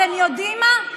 אתם יודעים מה?